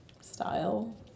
style